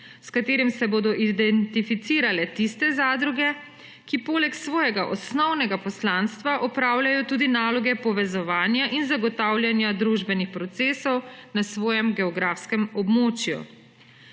s katerim se bodo identificirale tiste zadruge, ki poleg svojega osnovnega poslanstva opravljajo tudi naloge povezovanja in zagotavljanja družbenih procesov na svojem geografskem območju.